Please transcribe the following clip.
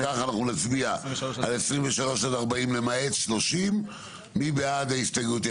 אם כך אנחנו נצביע על 23 עד 40 למעט 30. מי בעד ההסתייגויות?